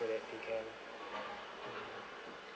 so that they can mm